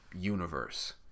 universe